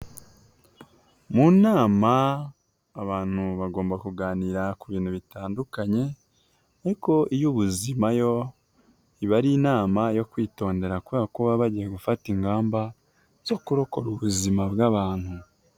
Mu nama abantu bagomba kuganira ku bintu bitandukanye, ariko iy'ubuzima yo, iba ari inama yo kwitondera kubera ko kuba bagiye gufata ingamba zo kurokora ubuzima bw'abantu.